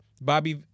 Bobby